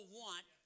want